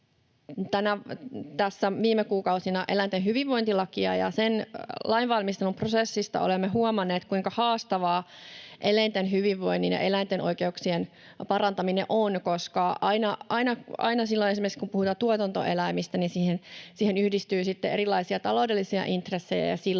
viime kuukausina, eläinten hyvinvointilakia, ja sen lainvalmisteluprosessista olemme huomanneet, kuinka haastavaa eläinten hyvinvoinnin ja eläinten oikeuksien parantaminen on, koska aina silloin, kun esimerkiksi puhutaan tuotantoeläimistä, siihen yhdistyy sitten erilaisia taloudellisia intressejä,